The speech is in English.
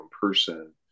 person